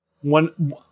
One